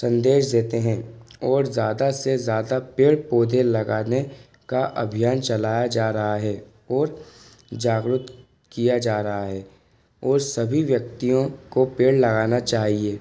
संदेश देते हैं और ज़्यादा से ज़्यादा पेड़ पौधे लगाने का अभियान चलाया जा रहा है और जागृत किया जा रहा है और सभी व्यक्तियों को पेड़ लगाना चाहिए